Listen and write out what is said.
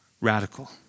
radical